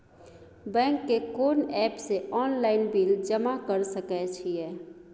Bank के कोन app से ऑनलाइन बिल जमा कर सके छिए?